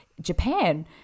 Japan